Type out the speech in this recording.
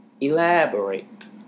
elaborate